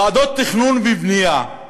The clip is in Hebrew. ועדות תכנון ובנייה,